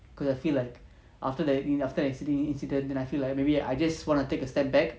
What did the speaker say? because I feel like after that after that incident then I feel like maybe I just want to take a step back